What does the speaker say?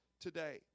today